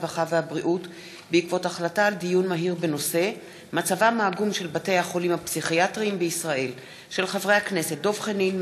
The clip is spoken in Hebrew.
הרווחה והבריאות בעקבות דיון מהיר בהצעתם של חברי הכנסת דב חנין,